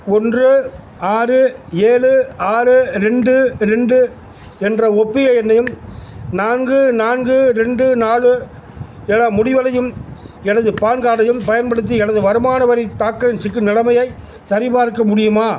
ஒன்று ஆறு ஏழு ஆறு ரெண்டு ரெண்டு என்ற ஒப்புகை எண்ணையும் நான்கு நான்கு ரெண்டு நாலு என முடிவடையும் எனது பான் கார்டையும் பயன்படுத்தி எனது வருமான வரித் தாக்கலின் நிலைமையைச் சரிபார்க்க முடியுமா